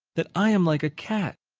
that i am like a cat.